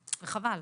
וחבל.